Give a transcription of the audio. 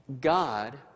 God